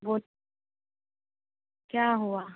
बोल क्या हुआ